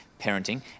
parenting